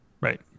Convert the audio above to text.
Right